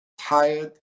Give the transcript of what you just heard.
tired